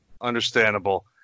Understandable